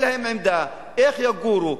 אין להם עמדה איך יגורו,